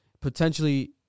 Potentially